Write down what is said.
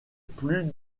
plus